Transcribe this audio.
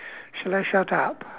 shall I shut up